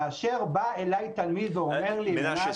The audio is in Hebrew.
כאשר בא אליי תלמיד ואומר לי --- מנשה,